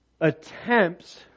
attempts